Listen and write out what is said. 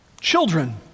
Children